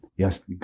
Yes